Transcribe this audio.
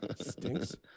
Stinks